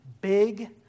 big